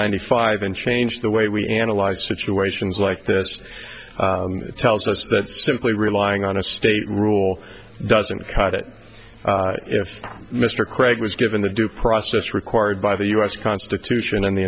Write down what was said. hundred five and changed the way we analyzed situations like this tells us that simply relying on a state rule doesn't cut it if mr craig was given the due process required by the us constitution and the